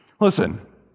Listen